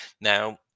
Now